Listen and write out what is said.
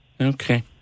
Okay